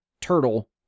turtle